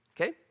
okay